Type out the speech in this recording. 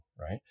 right